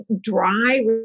dry